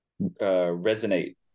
resonate